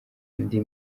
ndi